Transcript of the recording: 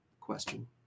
question